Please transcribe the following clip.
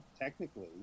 technically